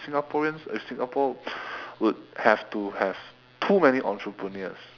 singaporeans if singapore would have to have too many entrepreneurs